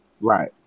right